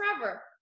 forever